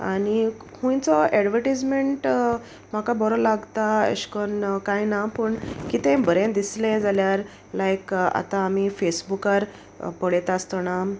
आनी खंयचो एडवटीजमेंट म्हाका बरो लागता एश कोन कांय ना पूण कितेंय बरें दिसलें जाल्यार लायक आतां आमी फेसबुकार पळयता आसतना